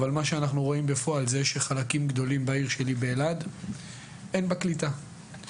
מה שאנחנו רואים בפועל זה שחלקים גדולים בעיר שלי באלעד אין בה קליטה.